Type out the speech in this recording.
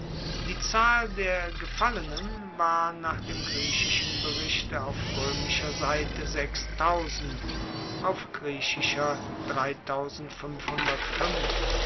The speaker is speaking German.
die zahl der gefallenen war nach dem griechischen berichte auf roemischer seite auf griechischer